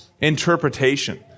interpretation